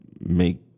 make